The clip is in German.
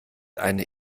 eine